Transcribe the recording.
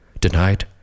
Tonight